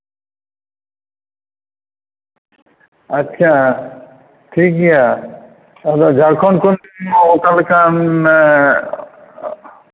ᱟᱪᱪᱷᱟ ᱴᱷᱤᱠᱜᱮᱭᱟ ᱟᱫᱚ ᱡᱷᱟᱲᱠᱷᱚᱱᱰ ᱠᱷᱚᱱ ᱚᱠᱟᱞᱮᱠᱟᱱ